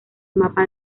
mapa